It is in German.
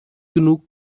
genug